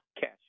cash